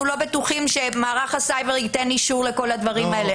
לא בטוחים שמערך הסייבר ייתן אישור לכל הדברים האלה.